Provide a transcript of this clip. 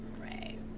right